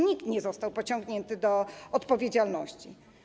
Nikt nie został pociągnięty do odpowiedzialności.